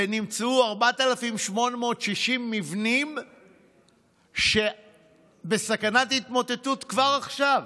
ונמצאו 4,860 מבנים בסכנת התמוטטות, כבר עכשיו,